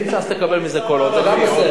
אם ש"ס תקבל מזה קולות, זה גם בסדר.